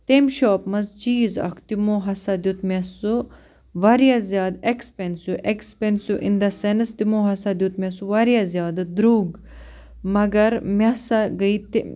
تَمہِ شاپہٕ منٛز چیٖز اَکھ تِمَو ہسا دیُت مےٚ سُہ واریاہ زیادٕ expensive expensive in the sense تِمَو ہسا دیُت مےٚ سُہ واریاہ زیادٕ درٛۅگ مگر مےٚ ہسا گٔے تہِ